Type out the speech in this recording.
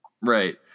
right